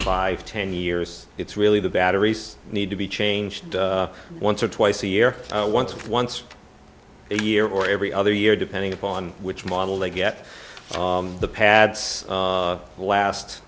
five ten years it's really the batteries need to be changed once or twice a year once once a year or every other year depending upon which model they get the pads last